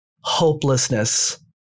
hopelessness